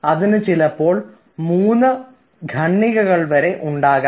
അതിന് ചിലപ്പോൾ മൂന്ന് ഖണ്ഡികകൾ വരെ ഉണ്ടാകാം